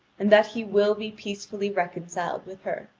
and that he will be peacefully reconciled with her.